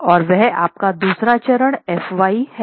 और वह आपका दूसरा चरण F y हैं